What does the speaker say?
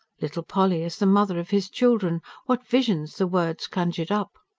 little polly as the mother of his children what visions the words conjured up!